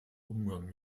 umgang